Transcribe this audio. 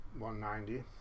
190